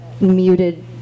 muted